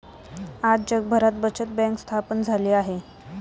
आज जगभरात बचत बँक स्थापन झाली आहे